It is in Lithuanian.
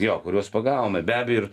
jo kuriuos pagavome be abejo ir